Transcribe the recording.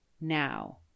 now